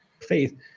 Faith